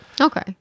Okay